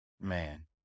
man